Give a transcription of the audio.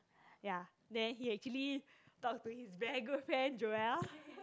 ya then he actually talk to his very good friend Joel